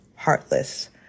heartless